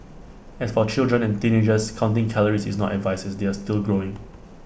as for children and teenagers counting calories is not advised as they are still growing